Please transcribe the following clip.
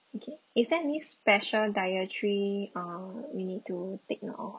okay is there any special dietary uh we need to take note of